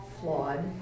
flawed